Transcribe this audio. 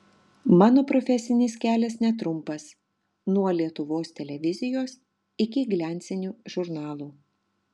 mano profesinis kelias netrumpas nuo lietuvos televizijos iki gliancinių žurnalų